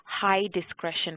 high-discretion